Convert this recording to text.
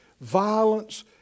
violence